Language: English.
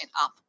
up